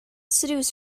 seduce